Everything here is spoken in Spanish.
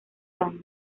años